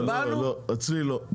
לא, אצלי לא.